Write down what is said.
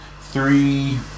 three